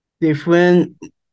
different